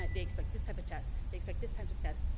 ah they expect this type of test. they expect this types of test.